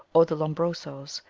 or the lombrosos,